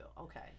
okay